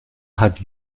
hat